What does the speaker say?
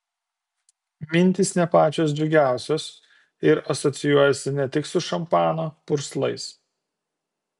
mintys ne pačios džiugiausios ir asocijuojasi ne tik su šampano purslais